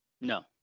No